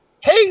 Hey